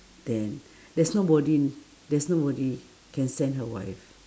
then there's nobody there's nobody can send her wife